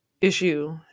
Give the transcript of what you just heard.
issue